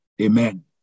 amen